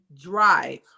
Drive